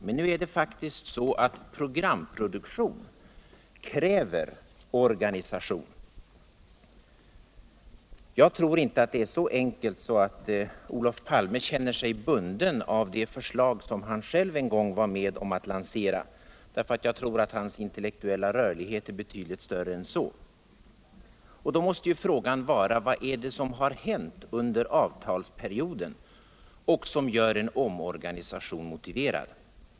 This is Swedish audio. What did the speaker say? Men programproduktion kräver faktiskt organisation. Jag tror inte att det är så enkelt som att Olof Palme känner sig bunden av det förslag som han själv en gång var med om att lansera. Jag tror att hans intellektuella rörlighet är betydligt större än så. Då måste ju frågan vara: Vad är det som har hänt under avtalsperioden och som gör en omorganisation motiverad?